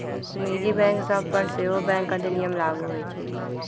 निजी बैंक सभ पर सेहो बैंक अधिनियम लागू होइ छइ